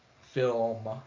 film